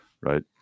right